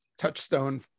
touchstone